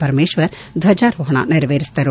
ಪರಮೇಶ್ವರ್ ಧ್ವಜಾರೋಹಣ ನೆರವೇರಿಸಿದರು